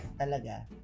talaga